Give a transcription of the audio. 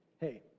Hey